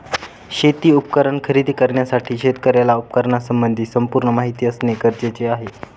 शेती उपकरण खरेदी करण्यासाठी शेतकऱ्याला उपकरणासंबंधी संपूर्ण माहिती असणे गरजेचे आहे